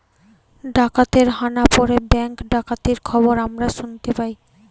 ডাকাতের হানা পড়ে ব্যাঙ্ক ডাকাতির খবর আমরা শুনতে পাই